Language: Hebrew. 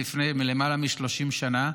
מלפני למעלה מ-30 שנה,